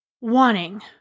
wanting